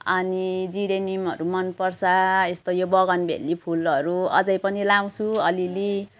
अनि जिरेनियमहरू मनपर्छ यस्तो यो बगानबेली फुलहरू अझै पनि लगाउँछु अलिअलि